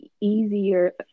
easier